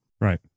right